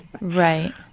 Right